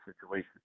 situation